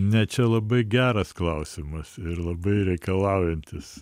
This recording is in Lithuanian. ne čia labai geras klausimas ir labai reikalaujantis